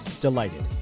delighted